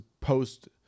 post